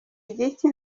igiki